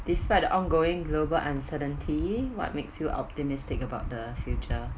despite the ongoing global uncertainty what makes you optimistic about the future